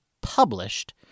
published